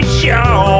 show